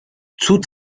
cud